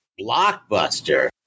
blockbuster